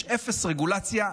יש אפס רגולציה.